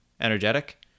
energetic